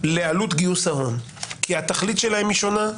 לעלות גיוס ההון, כי התכלית שלהם היא שונה.